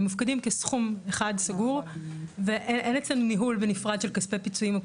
הם מופקדים כסכום אחד סגור ואין אצלנו ניהול בנפרד של כספי פיצויים.